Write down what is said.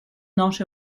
not